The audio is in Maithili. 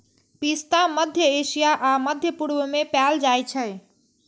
पिस्ता मध्य एशिया आ मध्य पूर्व मे पाएल जाइ छै